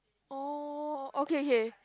oh okay okay